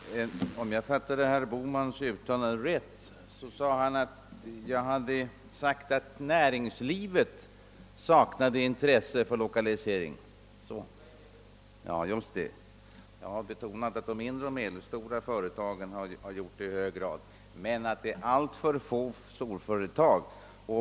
Herr talman! Om jag fattade herr Bohmans uttalande rätt, sade han att jag skulle ha sagt att näringslivet saknade intresse för lokaliseringspolitik. Jag har betonat att de mindre och medelstora företagen har visat sådant intresse i hög grad, men att det är alltför få storföretag som har gjort det.